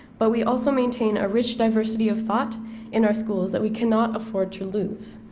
but we also maintain a rich diversity of thought in our schools that we cannot afford to lose.